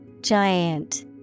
Giant